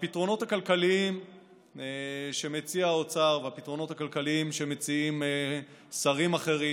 הפתרונות הכלכליים שמציע האוצר והפתרונות הכלכליים שמציעים שרים אחרים